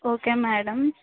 okay madam